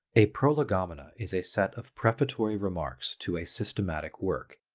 a prolegomena is a set of prefatory remarks to a systematic work,